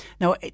Now